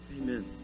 Amen